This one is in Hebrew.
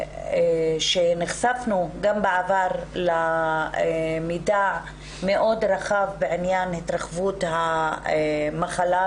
שנחשפנו גם בעבר למידע המאוד רחב בעניין התרחבות המחלה,